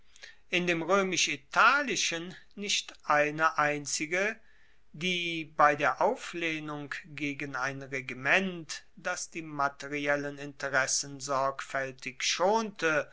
in dem roemisch italischen nicht eine einzige die bei der auflehnung gegen ein regiment das die materiellen interessen sorgfaeltig schonte